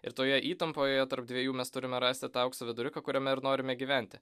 ir toje įtampoje tarp dviejų mes turime rasti tą aukso viduriuką kuriame ir norime gyventi